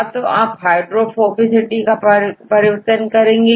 या तो आप हाइड्रोफोबिसिटी को परिवर्तन करते हैं